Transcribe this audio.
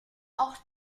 auch